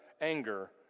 Anger